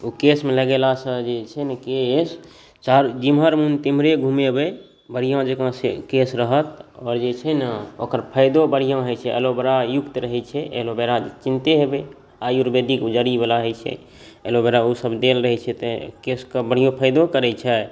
ओ केशमे लगेलासँ जे छै ने केश जेम्हर मोन तेम्हरे घुमेबै बढ़िआँ जकाँ केश रहत आओर जे छै ने ओकर फाइदो बढ़िआँ होइ छै एलोविरायुक्त रहै छै एलोविरा जनिते हेबै आयुर्वेदिक जड़ीवला होइ छै एलोविरा ओसब देल रहै छै तेँ केशके बढ़िआँ फाइदो करै छै